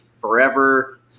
forever